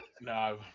No